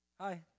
Hi